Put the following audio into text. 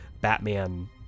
Batman